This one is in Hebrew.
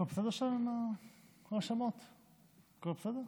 ישראל, כקיבוץ גלויות,